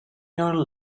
your